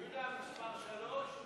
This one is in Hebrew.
יהודה, מספר שלוש?